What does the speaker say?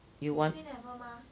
you wan~